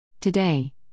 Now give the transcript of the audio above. Today